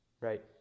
Right